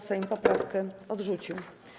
Sejm poprawkę odrzucił.